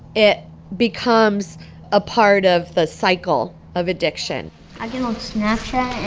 it becomes a part of the cycle of addiction i get on snapchat,